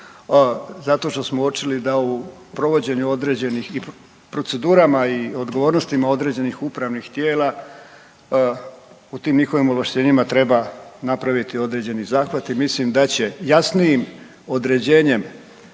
zato što smo uočili da u provođenju određenih i procedurama i odgovornostima određenih upravnih tijela u tim njihovim ovlaštenjima treba napraviti određeni zahvat i mislim da će jasnijim određenjem